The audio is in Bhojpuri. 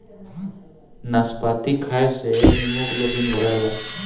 नाशपाती खाए से हिमोग्लोबिन बढ़ेला